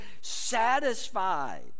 satisfied